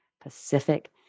Pacific